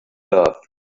loved